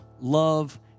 love